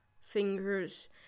fingers